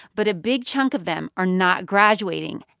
but a big chunk of them are not graduating.